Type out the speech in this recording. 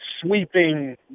sweeping